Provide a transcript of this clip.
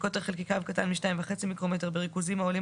שקוטר חלקיקיו קטן מ-2.5 מיקרומטר בריכוזים העולים